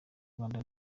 rwanda